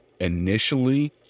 initially